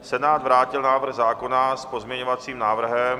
Senát vrátil návrh zákona s pozměňovacím návrhem.